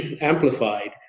amplified